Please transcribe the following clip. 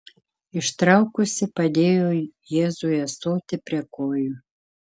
ištraukusi padėjo jėzui ąsotį prie kojų